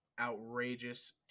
outrageous